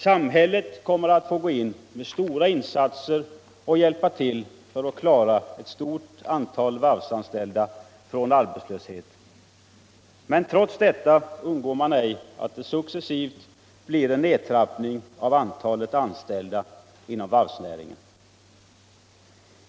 Samhället kommer att få gå in med stora insatser och hjälpa till för att klara ett betydande antal varvsanställda från arbetslöshet. Men trots detta undgår man inte att det successivt blir en nedtrappning av antalet anställda inom varvsnäringen.